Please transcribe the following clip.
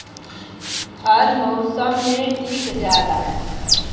हर मउसम मे टीक जाला